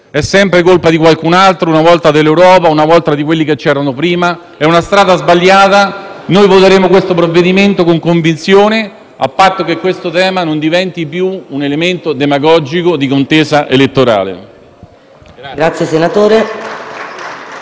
è sempre colpa di qualcun altro, una volta dell'Europa, una volta di quelli che c'erano prima. È una strada sbagliata. Noi voteremo il provvedimento in esame con convinzione a patto che il tema in questione non diventi più un elemento demagogico di contesa elettorale.